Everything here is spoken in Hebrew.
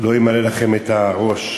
לא אמלא לכם את הראש.